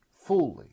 fully